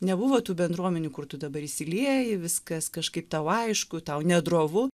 nebuvo tų bendruomenių kur tu dabar įsilieji viskas kažkaip tau aišku tau nedrovu